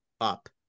up